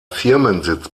firmensitz